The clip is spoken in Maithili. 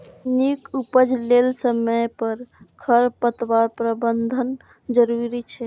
नीक उपज लेल समय पर खरपतवार प्रबंधन जरूरी छै